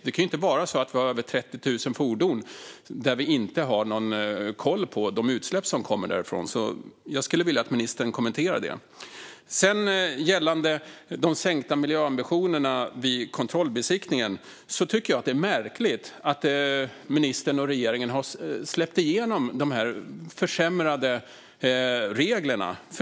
Det kan ju inte vara så att vi inte har koll på utsläppen från över 30 000 fordon. Jag skulle vilja att ministern kommenterar detta. Gällande de sänkta miljöambitionerna vid kontrollbesiktningen tycker jag att det är märkligt att ministern och regeringen har släppt igenom de här försämrade reglerna.